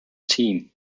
team